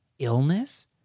Illness